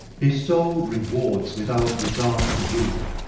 bestow rewards without regard to rule,